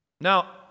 Now